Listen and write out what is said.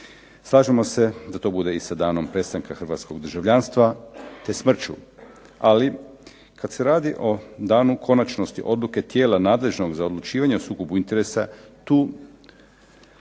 Slažemo se da to bude i sa danom prestanka hrvatskog državljanstva te smrću, ali kad se radi o danu konačnosti odluke tijela nadležnog za odlučivanje o sukobu interesa tu